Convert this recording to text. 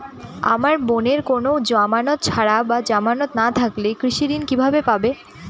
আমার বোনের কোন জামানত ছাড়া বা জামানত না থাকলে কৃষি ঋণ কিভাবে পাবে?